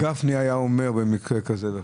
תחשוב מה הרב גפני היה אומר במקרה כזה.